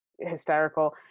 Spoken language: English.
hysterical